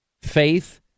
faith